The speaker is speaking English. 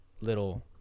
little